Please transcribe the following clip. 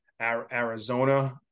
Arizona